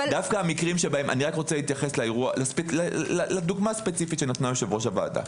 אני רוצה להתייחס לדוגמה הספציפית שנתנה יושבת-ראש הוועדה.